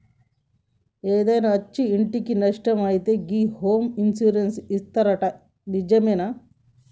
ఏదైనా అచ్చి ఇంటికి నట్టం అయితే గి హోమ్ ఇన్సూరెన్స్ ఇత్తరట నిజమేనా